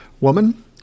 woman